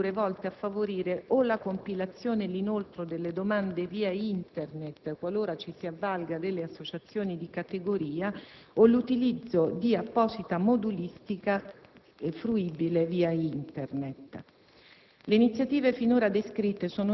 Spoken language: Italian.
sono in corso di definizione procedure volte a favorire o la compilazione e l'inoltro delle domande via Internet qualora ci si avvalga delle associazioni di categoria, ovvero l'utilizzo di apposita modulistica fruibile via Internet.